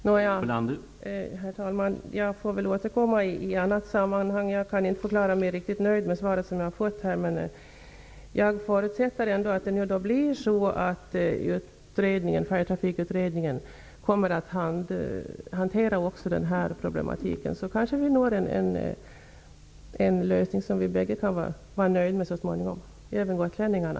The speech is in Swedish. Herr talman! Jag får väl återkomma i ett annat sammanhang. Jag är inte riktigt nöjd med det svar som jag har fått här. Jag förutsätter ändå att Färjetrafikutredningen även kommer att hantera de här problemen. Då kanske vi så småningom når en lösning som vi båda kan vara nöjda med, och även gotlänningarna.